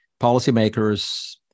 policymakers